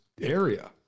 area